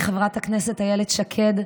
לחברתי חברת הכנסת אילת שקד,